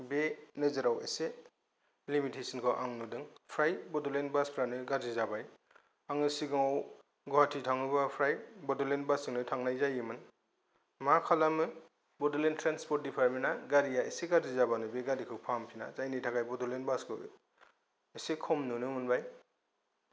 बे नोजोराव एसे लेमिटेसनखौ आं नुदों फ्राय बड'लेण्ड बासफ्रानो गाज्रि जाबाय आङो सिगांयाव गुवाहाथि थाङोबा फ्राय बड'लेण्ड बास जोंनो थांनाय जायोमोन मा खालामो बड'लेण्ड थ्रेनसफर्थ दिफारथमेन्थआ गारिया एसे गाज्रि जाबानो बे गारिखौ फाहाय फिननाय जायनि थाखाय बड'लेनद बासखौ एसे खम नुनो मोनबाय